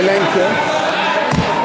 אדוני היושב-ראש.